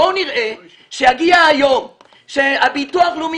בואו נראה מה המדינה תעשה כשיגיע היום שהביטוח הלאומי